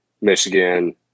Michigan